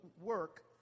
work